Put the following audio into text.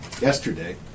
Yesterday